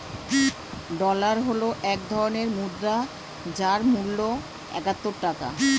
dollar হল এক ধরনের মুদ্রা যার মূল্য একাত্তর টাকা